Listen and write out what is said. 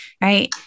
right